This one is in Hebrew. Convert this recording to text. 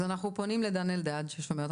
אז אנחנו פונים לדן אלדד ששומע אותנו,